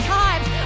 times